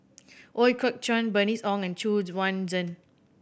Ooi Kok Chuen Bernice Ong and Xu Yuan Zhen